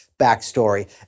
backstory